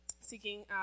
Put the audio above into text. seeking